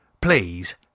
please